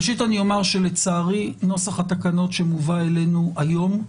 ראשית אני אומר שלצערי נוסח התקנות שמובא אלינו היום,